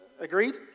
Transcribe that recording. Agreed